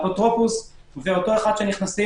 האפוטרופוס ואותו אחד שנכנס,